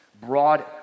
broad